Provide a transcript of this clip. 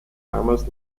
damals